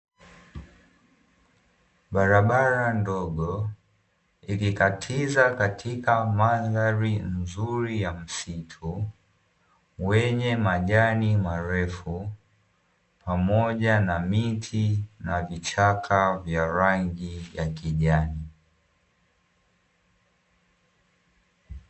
Barabara ndogo ikikatiza katika mandhari nzuri ya msitu wenye majani marefu, pamoja na miti na vichaka vya rangi ya kijani.